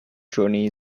journey